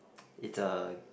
it's a